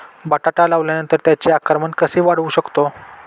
बटाटा लावल्यानंतर त्याचे आकारमान कसे वाढवू शकतो?